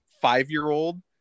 five-year-old